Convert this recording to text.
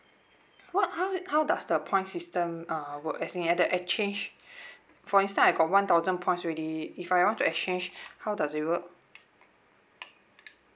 what how how does the points system uh work as in uh the exchange for instance I got one thousand points already if I want to exchange how does it work